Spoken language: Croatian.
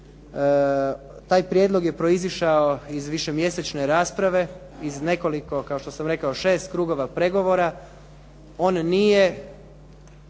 Taj prijedlog je proizišao iz višemjesečne rasprave, iz nekoliko kao što sam rekao 6 krugova pregovora. On nije